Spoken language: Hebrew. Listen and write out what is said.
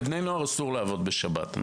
לבני נוער אסור לעבוד בשבת.